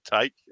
take